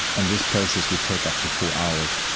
and this process would take up to four hours.